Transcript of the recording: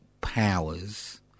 powers